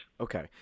Okay